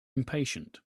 impatient